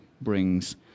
brings